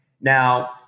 Now